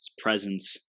presence